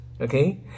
Okay